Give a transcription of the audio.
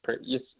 Yes